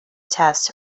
test